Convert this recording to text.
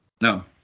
no